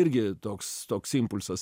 irgi toks toks impulsas